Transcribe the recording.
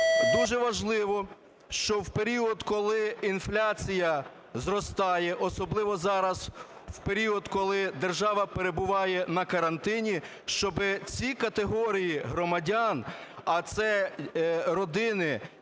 Дуже важливо, що в період, коли інфляція зростає, особливо зараз, в період, коли держава перебуває на карантині, щоб ці категорії громадян, а це родини,